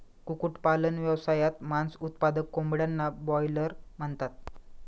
कुक्कुटपालन व्यवसायात, मांस उत्पादक कोंबड्यांना ब्रॉयलर म्हणतात